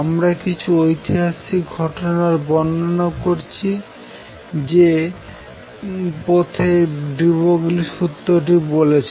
আমরা কিছু ঐতিহাসিক ঘটনার বর্ণনা করছি যে পথে ডি ব্রগলি সুত্রটি বলেছেন